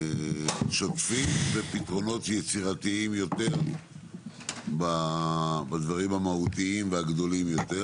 פתרונות שוטפים ופתרונות יצירתיים יותר בדברים המהותיים והגדולים יותר.